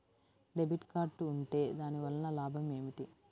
Debit card ఉంటే దాని వలన లాభం ఏమిటీ?